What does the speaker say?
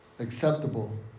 acceptable